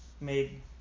made